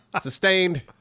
sustained